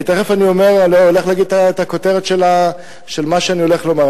כי תיכף אני אומר את הכותרת של מה שאני רוצה לומר.